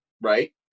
Right